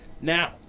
Now